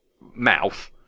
mouth